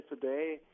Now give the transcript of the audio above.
today